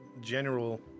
general